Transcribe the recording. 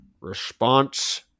response